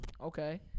Okay